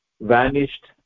vanished